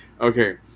Okay